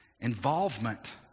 Involvement